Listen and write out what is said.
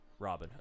Robinhood